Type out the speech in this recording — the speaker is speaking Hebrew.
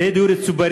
יהיה דיור ציבורי.